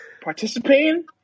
participating